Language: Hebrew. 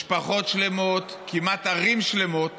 משפחות שלמות, כמעט ערים שלמות